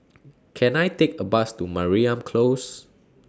Can I Take A Bus to Mariam Close